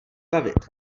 bavit